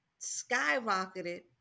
skyrocketed